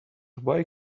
why